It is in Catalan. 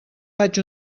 faig